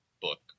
book